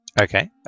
Okay